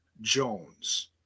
Jones